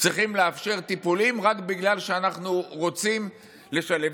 צריכים לאפשר טיפולים רק בגלל שאנחנו רוצים לשלם?